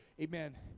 Amen